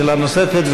שאלה נוספת,